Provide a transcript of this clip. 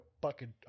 Bucket